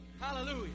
Hallelujah